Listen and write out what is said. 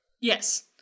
Yes